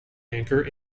anchor